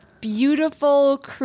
beautiful